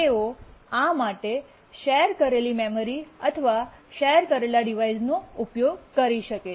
તેઓ આ માટે શેર કરેલી મેમરી અથવા શેર કરેલા ડિવાઇસનો ઉપયોગ કરી શકે છે